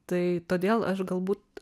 tai todėl aš galbūt